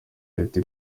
leta